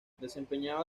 desempeñaba